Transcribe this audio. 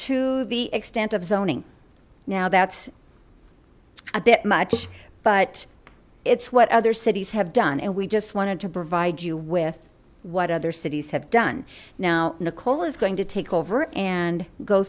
to the extent of zoning now that's a bit much but it's what other cities have done and we just wanted to provide with what other cities have done now nicole is going to take over and go